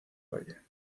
valle